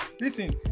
listen